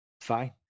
Fine